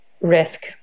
risk